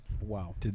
Wow